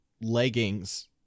leggings